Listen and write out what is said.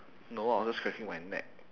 no I was just cracking my neck